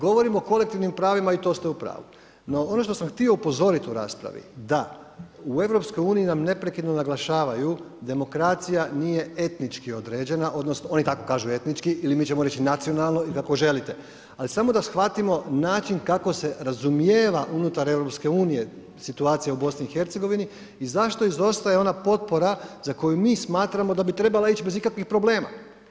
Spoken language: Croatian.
Govorimo o kolektivnim pravima, i to ste u pravu, no ono što sam htio upozoriti u raspravi da u EU nam neprekidno naglašavaju demokracija nije etnički određena, odnosno oni tako kažu etnički, ili mi ćemo reći nacionalno ili kako želite, ali samo da shvatimo način kako se razumijeva unutar EU-a situacija u BiH-u i zašto izostaje ona potpora za koju mi smatramo da bi trebala ići bez ikakvih problema.